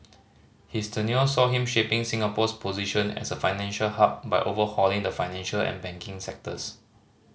his tenure saw him shaping Singapore's position as a financial hub by overhauling the financial and banking sectors